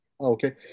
okay